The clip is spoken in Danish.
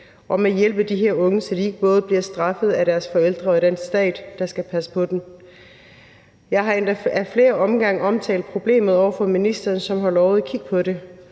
om at hjælpe de her unge, så de ikke bliver straffet både af deres forældre og af den stat, der skal passe på dem. Jeg har endda ad flere omgange omtalt problemet over for ministeren, som har lovet at kigge på det.